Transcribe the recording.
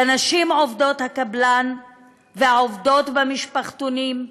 לנשים עובדות הקבלן והעובדות במשפחתונים,